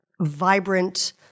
vibrant